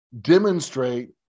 demonstrate